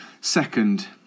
second